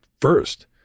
first